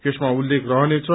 यसमा उल्लेख रहनेछ